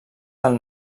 del